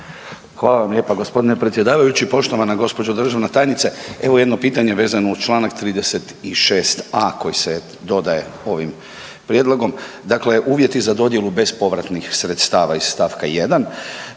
Hvala vam lijepa g. predsjedavajući. Poštovana gđo. državna tajnice, evo jedno pitanje vezano uz čl. 36.a. koji se dodaje ovim prijedlogom. Dakle, uvjeti za dodjelu bespovratnih sredstava iz st. 1.